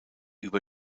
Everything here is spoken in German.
über